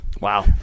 Wow